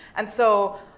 and so,